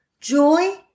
joy